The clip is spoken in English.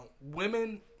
Women